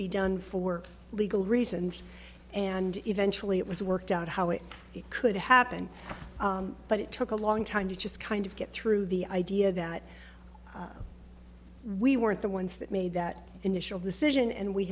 be done for legal reasons and eventually it was worked out how it could happen but it took a long time to just kind of get through the idea that we weren't the ones that made that initial decision and we